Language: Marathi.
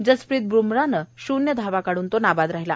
जसप्रीत बृमराह शून्य धावा काढन तो नाबाद राहिला